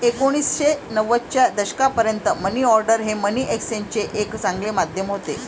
एकोणीसशे नव्वदच्या दशकापर्यंत मनी ऑर्डर हे मनी एक्सचेंजचे एक चांगले माध्यम होते